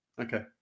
okay